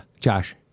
Josh